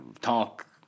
Talk